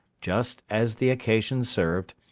just as the occasion served,